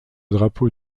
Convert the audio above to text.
drapeau